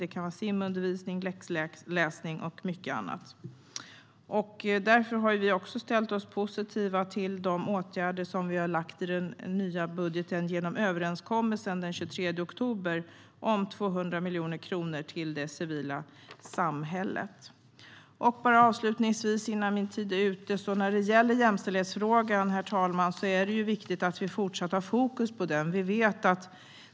Det kan vara simundervisning, läxläsning och mycket annat. Därför har vi ställt oss positiva till de åtgärder som föreslås i den nya budgeten genom överenskommelsen den 23 oktober om 200 miljoner kronor till det civila samhället. Herr talman! Avslutningsvis, innan min talartid är ute: Det är viktigt att vi fortsätter att ha fokus på jämställdhetsfrågan.